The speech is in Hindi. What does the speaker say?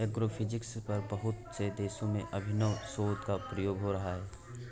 एग्रोफिजिक्स पर बहुत से देशों में अभिनव शोध एवं प्रयोग हो रहा है